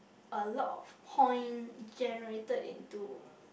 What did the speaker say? a lot of point generated into